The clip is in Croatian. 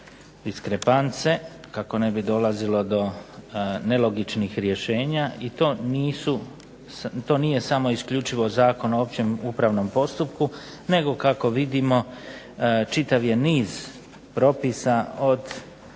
diskrepance, kako ne bi dolazilo do nelogičnih rješenja i to nije samo isključivo Zakon o općem upravnom postupku nego kako vidimo čitav je niz propisa od